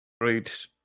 Great